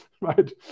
right